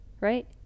Right